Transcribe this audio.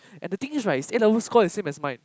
and the thing is right his A level score is same as mine